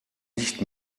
nicht